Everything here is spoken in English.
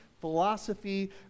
philosophy